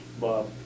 Bob